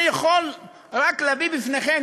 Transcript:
אני יכול רק להביא בפניכם,